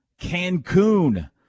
Cancun